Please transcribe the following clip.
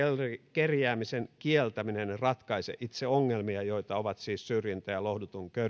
kerjäämisen kieltäminen ratkaise itse ongelmia joita ovat siis syrjintä ja lohduton